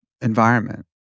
environment